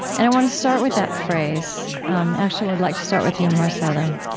and i want to start with that phrase um actually would like to start with you, marcelo